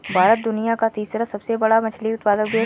भारत दुनिया का तीसरा सबसे बड़ा मछली उत्पादक देश है